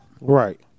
Right